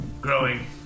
growing